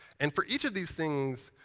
and for each of these things,